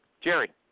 Jerry